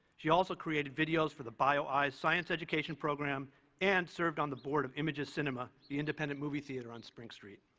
she also created videos for the bio eyes science education program and served on the board of images cinema, the independent movie theater on spring street.